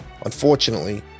unfortunately